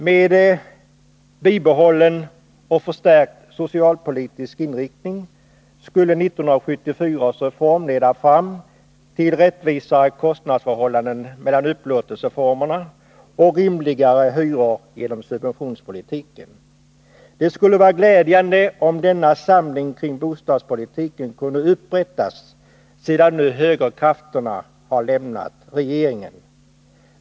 Med bibehållen och förstärkt socialpolitisk inriktning skulle 1974 års reform leda fram till rättvisare kostnadsförhållanden mellan upplåtelseformerna och rimligare hyror genom subventionspolitiken. Det skulle vara glädjande om denna samling kring bostadspolitiken kunde upprättas sedan nu högerkrafterna har lämnat regeringen.